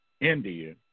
India